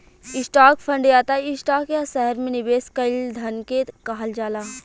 stock fund या त stock या शहर में निवेश कईल धन के कहल जाला